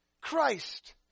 Christ